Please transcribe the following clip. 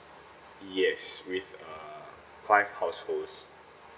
yes with uh five households